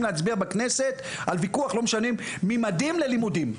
להצביע בכנסת על ויכוח מי מתאים ללימודים.